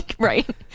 Right